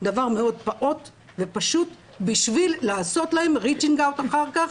דבר מאוד פעוט ופשוט בשביל לעשות להם reaching out אחר כך,